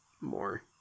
more